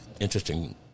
interesting